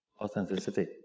authenticity